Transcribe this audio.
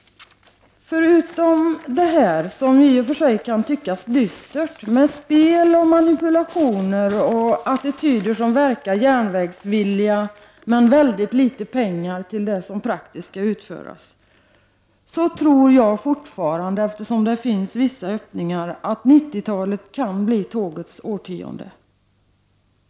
Förutom detta, som i och för sig kan tyckas dystert, med spel, manipulationer och attityder som förefaller järnvägsvilliga men med mycket litet pengar anslagna till det som praktiskt skall utföras, tror jag fortfarande, eftersom det finns vissa öppningar, att 90-talet kan bli tågets årtionde.